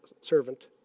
servant